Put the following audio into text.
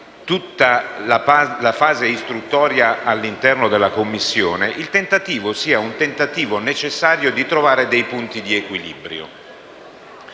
tutta la fase istruttoria all'interno della Commissione - vi sia il tentativo necessario di trovare dei punti di equilibrio.